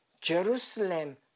Jerusalem